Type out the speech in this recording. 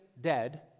dead